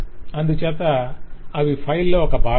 అందుచేత అవి ఫైల్లో ఒక భాగం